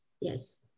Yes